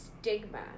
stigma